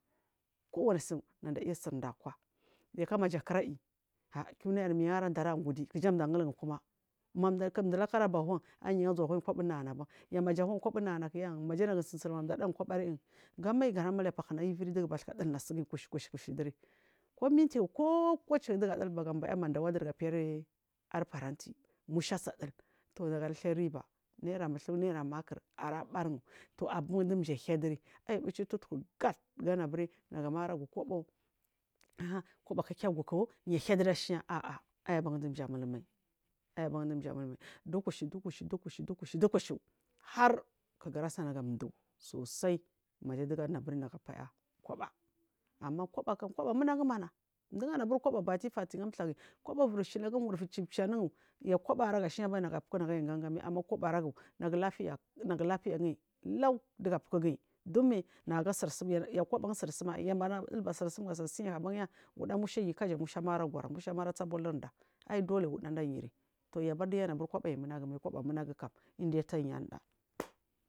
kowani su nanda’aisirda akwa yu karmaja krayi a kiuna min arandara gudi kjai du’a koma madu’a raka arabu wan aiyi jan wunyi kwaba inana ma yu maja wan kwaba anana kya majana gu sinsiniya gamai galeba battna ivedi gu baska ɗilna su kushu kushu kuwuma ko minti ko kolche diga dilna ga baya mandawa gapire arparanti musha a si dil toh nagu ara saireba naira muchu maker a barin abanjan du atterdir ai buche tuttuku ganabur nagara gu koba a kobo kya guku ya herder ashena a. A, abanjan du. amulmai aibanjan minmai dukusu du kushu du kushu du kushu har gara segana du sosai maja duga anu abur nagu apaya waba amma kwaba kam munagu mana du’anubur kwaba bati fati kwaba aragu ashena mmai nagu apuku ai ganga mai amma kwaba araumai nagu lapiya kalau gin lau domain nagu sirsumgin yau kwaba jan sirsumai yaumagudil ba sirsum ai gasi sinya abanya wuda masuama ara kwara arasabolrinda ai dole wudanda ayiri toh yau abar kwaba ia munagumai kwaba munagu inda tayi anuda.